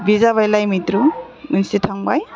बि जाबाय लाइ मैद्रु मोनसे थांबाय